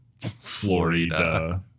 Florida